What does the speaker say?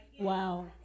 wow